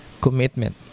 commitment